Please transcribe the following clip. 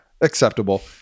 Acceptable